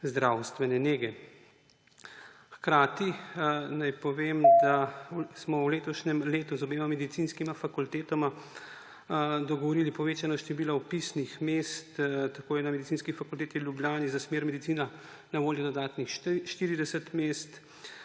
zdravstvene nege. Hkrati naj povem, da smo se v letošnjem letu z obema medicinskima fakultetama dogovorili za povečano število vpisnih mest, tako je na Medicinski fakulteti v Ljubljani za smer medicina na voljo dodatnih 40 mest,